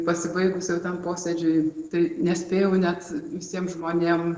pasibaigus jau tam posėdžiui tai nespėjau net visiem žmonėm